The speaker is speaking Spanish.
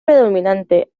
predominante